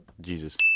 Jesus